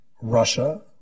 Russia